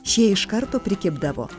šie iš karto prikibdavo